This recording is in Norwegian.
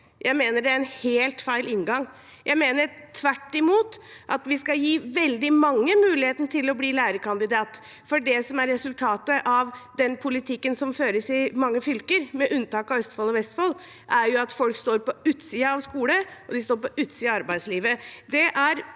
Jeg mener det er en helt feil inngang. Jeg mener tvert imot at vi skal gi veldig mange muligheten til å bli lærekandidat, for det som er resultatet av den politikken som føres i mange fylker, med unntak av Østfold og Vestfold, er at folk står på utsiden av skole og på utsiden av arbeidslivet.